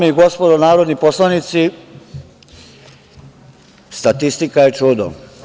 Dame i gospodo narodni poslanici, statistika je čudo.